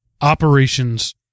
operations